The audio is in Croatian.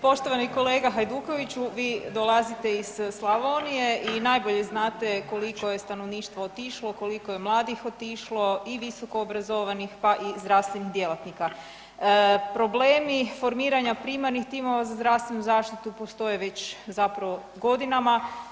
Poštovani kolega Hajdukoviću, vi dolazite iz Slavonije i najbolje znate koliko je stanovništvo otišlo, koliko je mladih otišlo i visoko obrazovanih, pa i zdravstvenih djelatnika Problemi formiranja primarnih timova za zdravstvenu zaštitu postoje već zapravo godinama.